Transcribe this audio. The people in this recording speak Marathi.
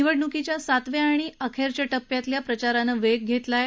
निवडणुकीच्या सातव्या आणि अखेरच्या टप्प्यातल्या प्रचारानं वेग घेतला आहे